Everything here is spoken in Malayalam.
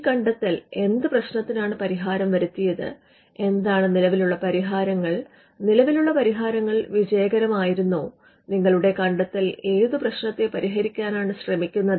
ഈ കണ്ടെത്തൽ എന്ത് പ്രശ്നത്തിനാണ് പരിഹാരം വരുത്തിയത് എന്താണ് നിലവിലുള്ള പരിഹാരങ്ങൾ നിലവിലുള്ള പരിഹാരങ്ങൾ വിജയകരമായിരുന്നോ നിങ്ങളുടെ കണ്ടെത്തൽ ഏത് പ്രശ്നത്തെ പരിഹരിക്കാനാണ് ശ്രമിക്കുന്നത്